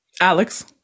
Alex